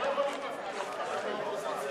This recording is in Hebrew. אנחנו לא יכולים להפיל אותו.